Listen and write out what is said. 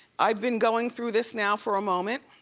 i've been going through this now for a moment